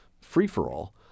free-for-all